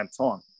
time